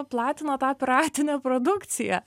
platino tą piratinę produkciją